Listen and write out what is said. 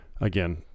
again